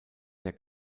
der